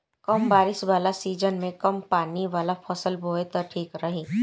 कम बारिश वाला सीजन में कम पानी वाला फसल बोए त ठीक रही